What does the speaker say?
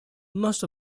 most